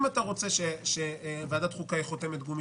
אם אתה רוצה שוועדת החוקה תהיה חותמת גומי